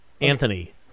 Anthony